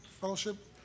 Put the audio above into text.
Fellowship